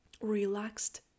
relaxed